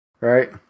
right